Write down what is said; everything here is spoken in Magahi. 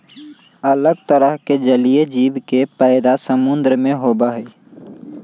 अलग तरह के जलीय जीव के पैदा समुद्र में होबा हई